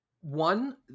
one